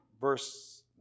Verse